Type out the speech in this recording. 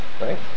right